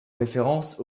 référence